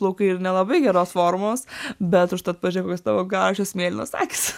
plaukai ir nelabai geros formos bet užtat pažiūrėk kokios tavo gražios mėlynos akys